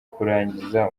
kurangiza